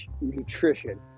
nutrition